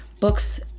books